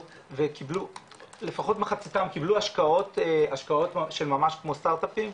וקיבלו לפחות מחציתם קיבלו השקעות של ממש כמו סטארט אפים,